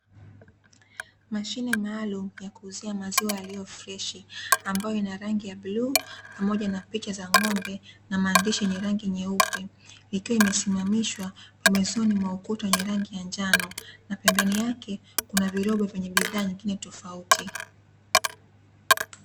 Mashine maalumu ya kuuzia maziwa yaliyo freshi ambayo ina rangi ya buluu, pamoja na picha za ng'ombe na maandishi yenye rangi nyeupe, ikiwa imesimamishwa pembezoni mwa ukuta wenye rangi ya njano, na pembeni yake kuna viroba vyenye bidhaa nyingine tofauti.